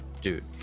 dude